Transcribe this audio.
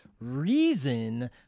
reason